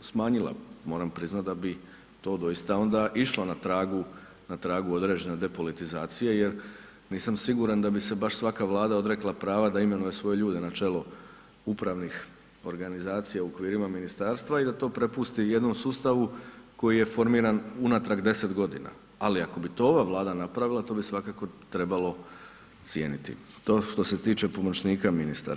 smanjila, moram priznat da bi to doista onda išlo na tragu određene depolitizacije jer nisam siguran da bi se baš svaka Vlada odrekla prava da imenuje svoje ljude na čelo upravnih organizacija u okvirima ministarstva i da to prepusti jednom sustavu koji je formiran unatrag 10 godina ali ako bi to ova Vlada napravila, to bi svakako trebalo cijeniti i to što se tiče pomoćnika ministara.